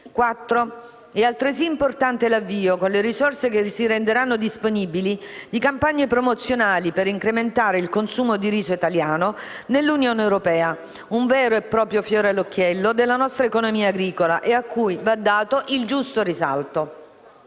È altresì importante l'avvio, con le risorse che si renderanno disponibili, di campagne promozionali per incrementare il consumo di riso italiano nell'Unione europea, un vero e proprio fiore all'occhiello della nostra economia agricola e a cui va dato il giusto risalto.